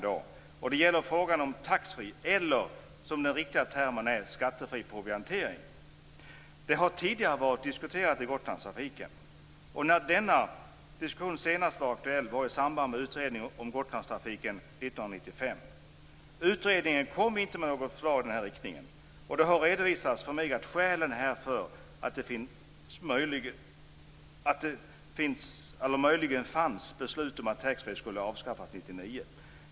Jag tänker på taxfreeförsäljningen, eller, som den riktiga termen lyder, skattefri proviantering. Det har tidigare diskuterats när det gäller Gotlandstrafiken. Denna diskussion var senast aktuell i samband med utredningen om Gotlandstrafiken 1995. Utredningen kom inte med något förslag i denna riktning. Det har redovisats för mig att ett av skälen var att det finns, eller möjligen fanns, beslut om att taxfreeförsäljningen skulle avskaffas 1999.